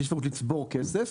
שאי אפשר לצבור כסף.